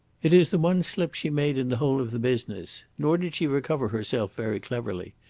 it is the one slip she made in the whole of the business. nor did she recover herself very cleverly.